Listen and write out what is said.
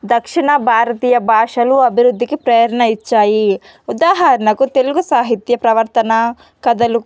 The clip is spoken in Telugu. దక్షిణ భారతీయ భాషలు అభివృద్ధికి ప్రేరణ ఇచ్చాయి ఉదాహరణకు తెలుగు సాహిత్య ప్రవర్తన కథలు